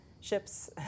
ships